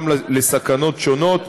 גם לסכנות שונות,